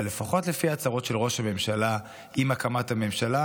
אבל לפחות לפי ההצהרות של ראש הממשלה עם הקמת הממשלה